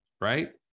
right